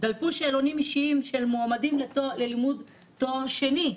דלפו שאלונים אישיים של מועמדים ללימוד תואר שני,